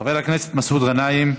חבר הכנסת מסעוד גנאים,